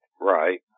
Right